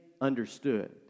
understood